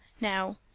now